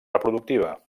reproductiva